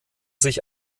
sich